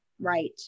Right